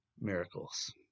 miracles